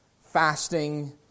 fasting